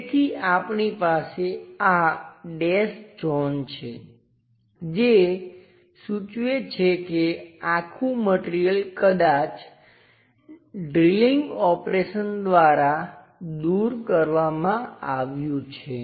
તેથી આપણી પાસે આ ડેશ ઝોન છે જે સૂચવે છે કે આખું મટિરિયલ કદાચ ડ્રિલિંગ ઓપરેશન દ્વારા દૂર કરવામાં આવ્યું છે